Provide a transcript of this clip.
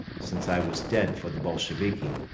since i was dead for the bolsheviki.